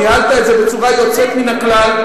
ניהלת את זה בצורה יוצאת מן הכלל,